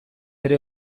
ere